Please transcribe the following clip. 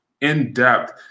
in-depth